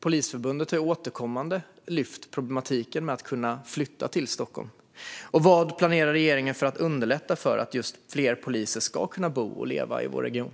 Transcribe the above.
Polisförbundet har återkommande lyft fram problematiken kring att flytta till Stockholm. Hur planerar regeringen att underlätta för att fler poliser ska kunna bo och leva i vår region?